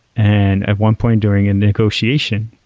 and at one point during a negotiation,